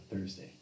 Thursday